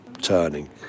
Turning